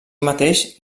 mateix